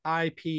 IP